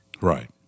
right